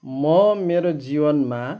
म मेरो जीवनमा